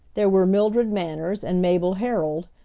there were mildred manners and mabel herold,